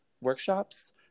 workshops